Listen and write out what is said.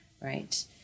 Right